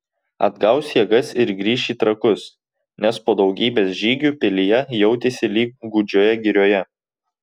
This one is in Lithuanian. atgaus jėgas ir grįš į trakus nes po daugybės žygių pilyje jautėsi lyg gūdžioje girioje